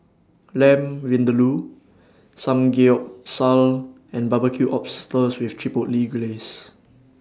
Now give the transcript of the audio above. Lamb Vindaloo Samgeyopsal and Barbecued Oysters with Chipotle Glaze